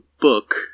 book